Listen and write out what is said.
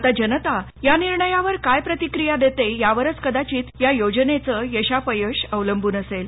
आता जनता या निर्णयावर काय प्रतिक्रिया देते यावरच कदाचित या योजनेचं यशापयश अवलंबून असेल